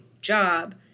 job